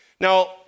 Now